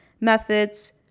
methods